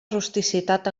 rusticitat